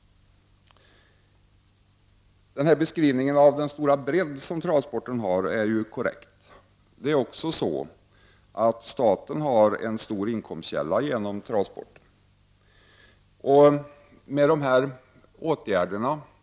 Beskrivningen av den stora bredd som travsporten har är korrekt. Staten har också en stor inkomstkälla i travsporten.